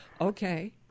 Okay